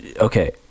Okay